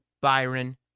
Byron